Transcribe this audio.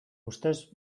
ustez